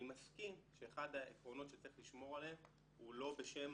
אני מסכים שאחד העקרונות שצריך לשמור עליהם הוא לא בשם